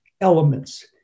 elements